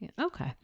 Okay